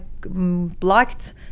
blocked